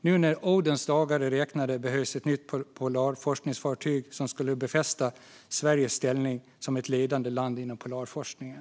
Nu när Odens dagar är räknade behövs ett nytt polarforskningsfartyg som skulle befästa Sveriges ställning som ett ledande land inom polarforskningen.